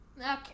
Okay